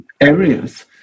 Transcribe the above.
areas